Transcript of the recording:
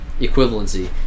equivalency